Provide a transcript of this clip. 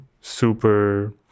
super